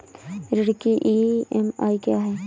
ऋण की ई.एम.आई क्या है?